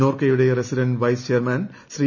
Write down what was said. നോർക്കയുടെ resident vice chairman Shri